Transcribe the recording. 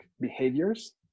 behaviors